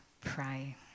pray